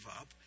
up